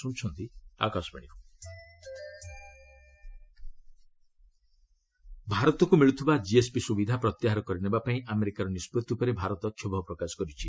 US India GSP ଭାରତକୁ ମିଳୁଥିବା କିଏସ୍ପି ସୁବିଧା ପ୍ରତ୍ୟାହାର କରିନେବା ପାଇଁ ଆମେରିକାର ନିଷ୍କଭି ଉପରେ ଭାରତ କ୍ଷୋଭ ପ୍ରକାଶ କରିଛି